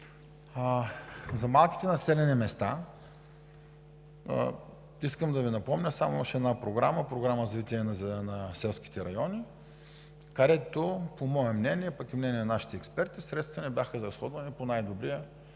За малките населени места искам да Ви напомня само още една програма – Програмата за развитие на селските райони, където, по мое мнение, пък и по мнение на нашите експерти, средствата не бяха изразходвани по най-добрия